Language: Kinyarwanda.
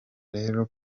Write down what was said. rero